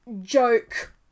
joke